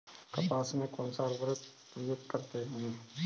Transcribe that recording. कपास में कौनसा उर्वरक प्रयोग करते हैं?